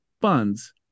funds